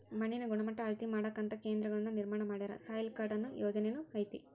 ಮಣ್ಣಿನ ಗಣಮಟ್ಟಾ ಅಳತಿ ಮಾಡಾಕಂತ ಕೇಂದ್ರಗಳನ್ನ ನಿರ್ಮಾಣ ಮಾಡ್ಯಾರ, ಸಾಯಿಲ್ ಕಾರ್ಡ ಅನ್ನು ಯೊಜನೆನು ಐತಿ